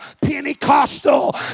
Pentecostal